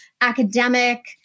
academic